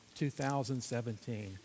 2017